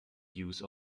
use